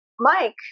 Mike